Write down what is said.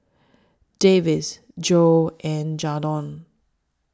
Davis Jo and Jadon